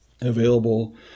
available